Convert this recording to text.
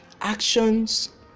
actions